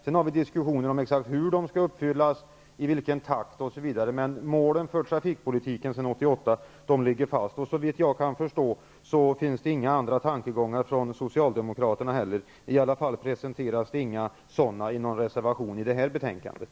Det förs diskussioner om hur de skall uppfyllas, i vilken takt osv., men målen från 1988 års trafikpolitiska beslut ligger fast. Såvitt jag förstår framförs det inte heller från socialdemokraterna några andra tankegångar. I varje fall presenteras inga sådana i någon reservation vid det här betänkandet.